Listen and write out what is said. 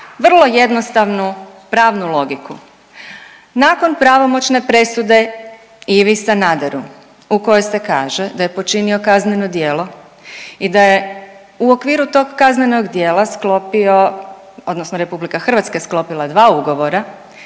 vrlo jednostavnu pravnu logiku. Nakon pravomoćne presude Ivi Sanaderu u kojoj se kaže da je počinio kazneno djelo i da je u okviru tog kaznenog djela sklopio odnosno RH je sklopila dva ugovora,